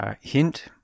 Hint